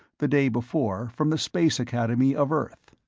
the day before, from the space academy of earth.